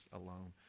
alone